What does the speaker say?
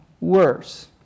worse